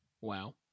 Wow